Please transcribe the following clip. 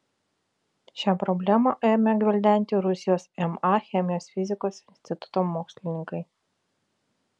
šią problemą ėmė gvildenti rusijos ma cheminės fizikos instituto mokslininkai